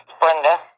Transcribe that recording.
Brenda